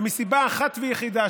ומסיבה אחת ויחידה,